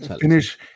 Finish